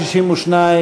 62,